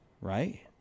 right